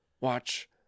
Watch